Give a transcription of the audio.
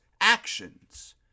actions